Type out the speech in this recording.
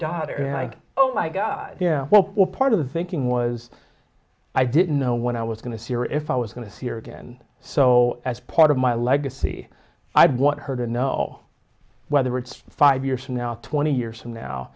daughter and i owe my god yeah well part of the thinking was i didn't know when i was going to see or if i was going to see her again so as part of my legacy i'd want her to know whether it's five years from now twenty years from now